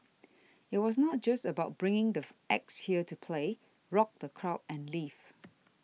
it was not just about bringing the acts here to play rock the crowd and leave